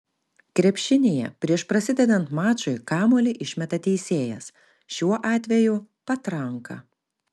krepšinyje prieš prasidedant mačui kamuolį išmeta teisėjas šiuo atveju patranka